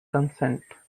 consent